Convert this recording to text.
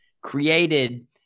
created